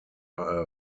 are